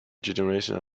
generations